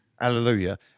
Hallelujah